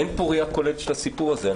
אין פה ראייה כוללת של הסיפור הזה.